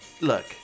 look